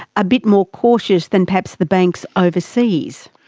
a bit more cautious than perhaps the banks overseas?